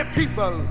people